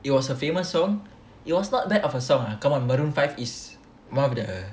it was a famous song it was not bad of a song ah kan maroon five is one of the